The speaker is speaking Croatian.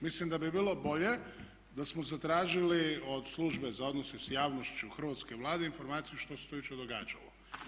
Mislim da bi bilo bolje da smo zatražili od Službe za odnose sa javnošću hrvatske Vlade informaciju što se to jučer događalo.